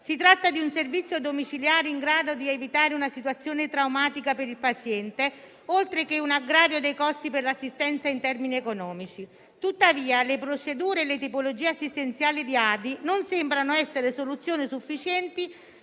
Si tratta di un servizio domiciliare in grado di evitare una situazione traumatica per il paziente, oltre che un aggravio dei costi per l'assistenza in termini economici. Tuttavia, le procedure e le tipologie assistenziali di ADI non sembrano essere soluzione sufficiente